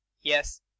Yes